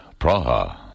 Praha